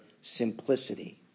simplicity